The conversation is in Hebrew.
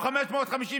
עוד מעט הציבור,